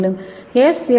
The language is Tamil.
மேலும் எஸ்